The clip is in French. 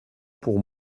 pour